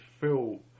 feel